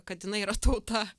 kad jinai yra tauta